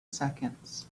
seconds